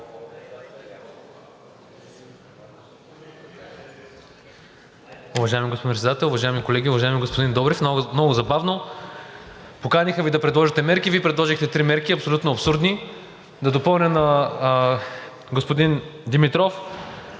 Уважаеми господин Председател, уважаеми колеги! Уважаеми господин Добрев, много забавно – поканиха Ви да предложите мерки, Вие предложихте три мерки, абсолютно абсурдни. Да допълня на господин Димитров